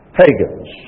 pagans